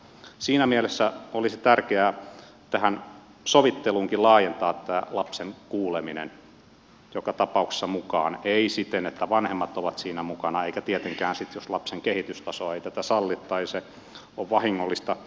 siinä mielessä olisi tärkeää tähän sovitteluunkin laajentaa tämä lapsen kuuleminen joka tapauksessa mukaan ei siten että vanhemmat ovat siinä mukana eikä tietenkään sitten jos lapsen kehitystaso ei tätä salli tai se on vahingollista lapselle